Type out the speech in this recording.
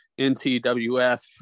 ntwf